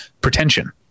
pretension